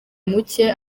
muke